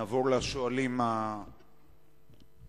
נעבור לשואלים נוספים.